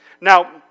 Now